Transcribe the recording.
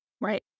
Right